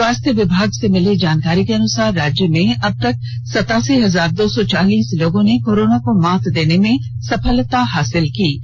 स्वास्थ्य विभाग से मिली जानकारी के अनुसार राज्य में अब तक सतासी हजार दो सौ चालीस लोगों ने कोरोना को मात देने में सफलता हासिल की है